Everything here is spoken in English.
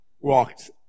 walked